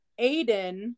Aiden